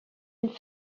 une